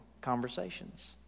conversations